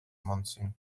monsoon